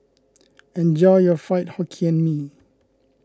enjoy your Fried Hokkien Mee